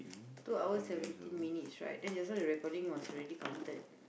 two hour seventeen minutes right then just now the recording was already counted